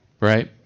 right